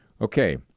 Okay